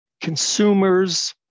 consumers